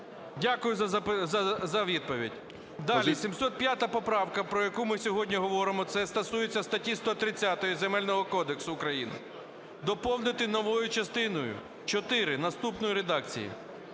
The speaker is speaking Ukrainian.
Дякую за відповідь. Далі. 705 поправка, про яку ми сьогодні говоримо, це стосується статті 130 Земельного кодексу України. Доповнити новою частиною чотири, наступною редакцією: